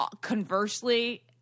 conversely